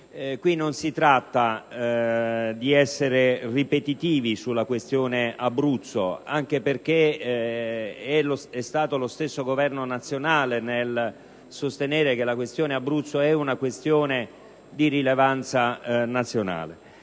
caso non si tratta di essere ripetitivi sulla questione Abruzzo, anche perché è stato lo stesso Governo nazionale a sostenere che si tratta di una questione di rilevanza nazionale,